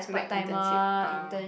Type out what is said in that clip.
make internship ah